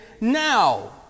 now